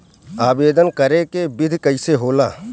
आवेदन करे के विधि कइसे होला?